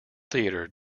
theatre